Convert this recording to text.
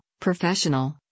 professional